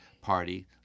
party